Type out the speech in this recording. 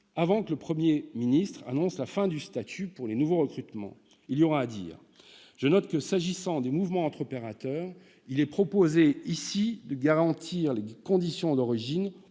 avant que le Premier ministre n'annonce la fin du statut pour les nouveaux recrutements. Il y aura à dire ! Je note que, s'agissant des mouvements entre opérateurs, il est proposé ici de garantir les conditions d'origine